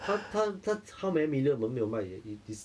他他他 how many million 我们没有卖也 it it's